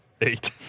eight